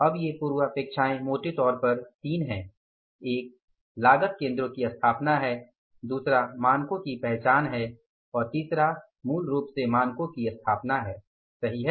अब ये पूर्वापेक्षाये मोटे तौर पर तीन हैं एक लागत केंद्रों की स्थापना है दूसरा मानकों की पहचान है और तीसरा मूल रूप से मानकों की स्थापना है सही है